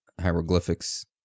Hieroglyphics